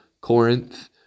Corinth